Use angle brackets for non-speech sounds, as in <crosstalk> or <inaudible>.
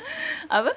<laughs> apa